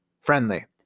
friendly